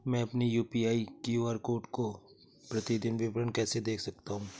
मैं अपनी UPI QR code का प्रतीदीन विवरण कैसे देख सकता हूँ?